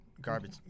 Garbage